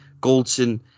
Goldson